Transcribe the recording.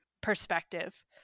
perspective